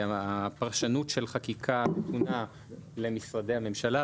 הפרשנות של חקיקה נתונה למשרדי הממשלה,